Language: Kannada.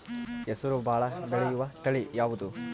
ಹೆಸರು ಭಾಳ ಬೆಳೆಯುವತಳಿ ಯಾವದು?